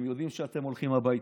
אתם יודעים שאתם הולכים הביתה,